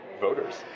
voters